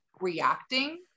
reacting